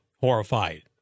horrified